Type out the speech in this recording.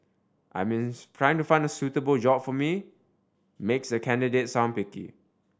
I means find suitable job for me makes the candidate sound picky